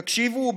תקשיבו,